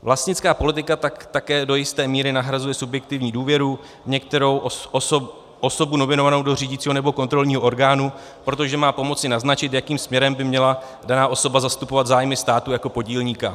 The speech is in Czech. Vlastnická politika také do jisté míry nahrazuje subjektivní důvěru v některou osobu nominovanou do řídicího nebo kontrolního orgánu, protože má pomoci naznačit, jakým směrem by měla daná osoba zastupovat zájmy státu jako podílníka.